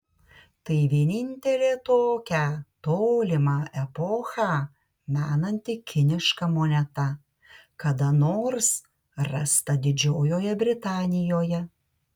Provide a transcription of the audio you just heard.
tai vienintelė tokią tolimą epochą menanti kiniška moneta kada nors rasta didžiojoje britanijoje